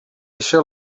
eixa